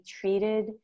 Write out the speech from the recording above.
treated